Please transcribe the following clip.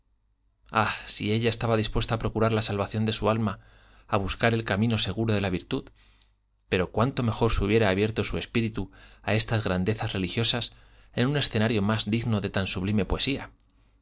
ah sí ella estaba dispuesta a procurar la salvación de su alma a buscar el camino seguro de la virtud pero cuánto mejor se hubiera abierto su espíritu a estas grandezas religiosas en un escenario más digno de tan sublime poesía